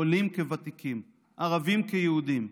עולים כוותיקים, ערבים כיהודים,